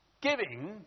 giving